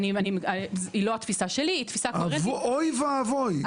היא לא התפיסה שלי- -- אוי ואבוי,